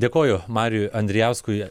dėkoju mariui andrijauskui